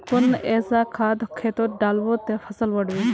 कुन ऐसा खाद खेतोत डालबो ते फसल बढ़बे?